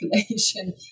population